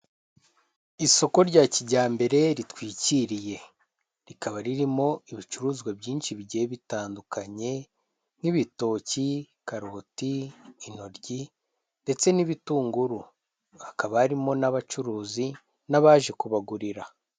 Isoko rya kijyambere ritwikiriye, rikaba ririmo ibicuruzwa byinshi bigiye bitandukanye: nk'ibitoki, karoti, intoryi ndetse n'ibitunguru, hakaba harimo n'abacuruzi n'abaje kubagurira.